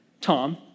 Tom